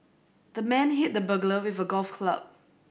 the man hit the burglar with a golf club